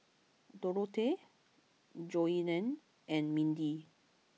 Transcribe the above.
Dorothea Joellen and Mindi